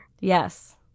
Yes